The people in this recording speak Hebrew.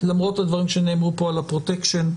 למרות הדברים שנאמרו פה על הפרוטקשן.